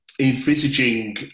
envisaging